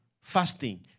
Fasting